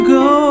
go